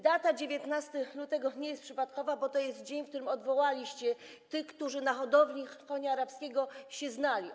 Data 19 lutego nie jest przypadkowa, bo to jest dzień, w którym odwołaliście tych, którzy na hodowli koni arabskich się znali.